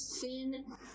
Finn